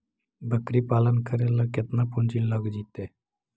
बकरी पालन करे ल केतना पुंजी लग जितै?